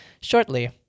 shortly